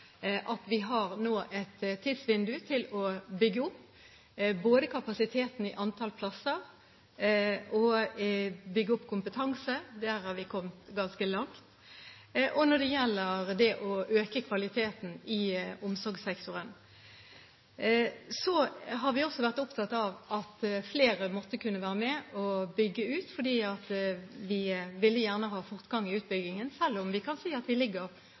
at vi nå har et tidsvindu både når det gjelder å bygge opp kapasiteten i antall plasser, bygge opp kompetanse – der er vi kommet ganske langt – og når det gjelder å øke kvaliteten i omsorgssektoren. Vi har også vært opptatt av at flere måtte kunne være med og bygge ut fordi vi gjerne ville ha fortgang i utbyggingen, selv om vi kan si at vi ligger